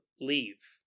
leave